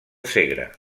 segre